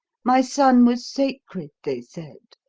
my son was sacred, they said.